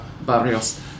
Barrios